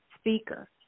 speaker